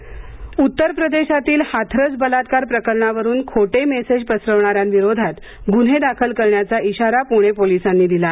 हाथरस खोटे मेसेज उत्तरप्रदेशातील हाथरस बलात्कार प्रकरणावरून खोटे मेसेज पसरवणाऱ्यांविरोधात गुन्हे दाखल करण्याचा इशारा पुणे पोलिसांनी दिला आहे